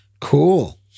Cool